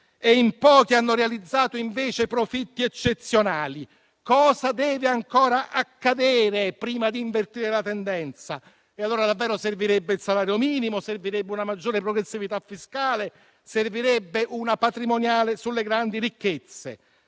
e in pochi hanno realizzato invece profitti eccezionali. Cosa deve ancora accadere prima di invertire la tendenza? Allora davvero servirebbe il salario minimo, servirebbe una maggiore progressività fiscale, servirebbe una patrimoniale sulle grandi ricchezze